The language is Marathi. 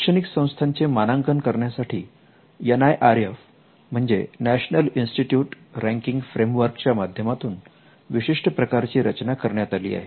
शैक्षणिक संस्थांचे मानांकन करण्यासाठी NIRF म्हणजे National Institute Ranking Framework च्या माध्यमातून विशिष्ट प्रकारची रचना करण्यात आली आहे